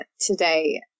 today